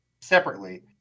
separately